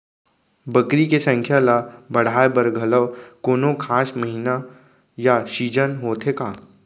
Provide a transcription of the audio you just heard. बकरी के संख्या ला बढ़ाए बर घलव कोनो खास महीना या सीजन होथे का?